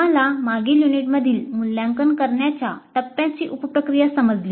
आम्हाला मागील युनिटमधील मूल्यांकन करण्याच्या टप्पयाची उप प्रक्रिया समजली